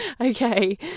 okay